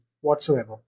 whatsoever